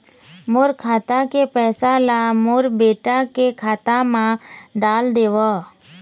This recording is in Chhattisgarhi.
मोर खाता के पैसा ला मोर बेटा के खाता मा डाल देव?